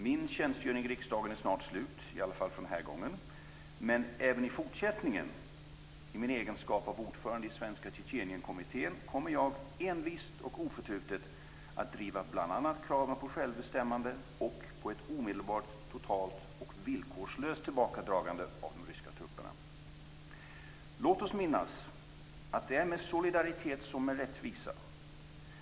Min tjänstgöring i riksdagen är snart slut, i varje fall för den här gången, men även i fortsättningen kommer jag, i min egenskap av ordförande i Svenska Tjetjenienkommittén, envist och oförtrutet att driva bl.a. kraven på självbestämmande och på ett omedelbart, totalt och villkorslöst tillbakadragande av de ryska trupperna. Låt oss minnas att det är med solidaritet som med rättvisa.